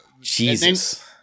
jesus